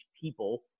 people